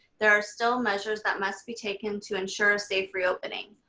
there are still measures that must be taken to ensure a safe reopening.